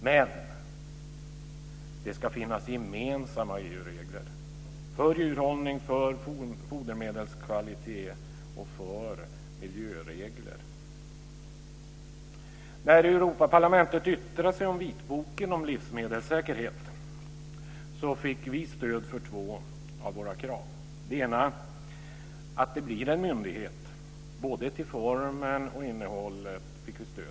Men det ska finnas gemensamma EU-regler, för djurhållning, för fodermedelskvalitet och för miljöregler. När Europaparlamentet yttrade sig om vitboken om livsmedelssäkerhet fick vi stöd för två av våra krav. Det ena var att det blir en myndighet. Både till formen och innehållet fick vi stöd.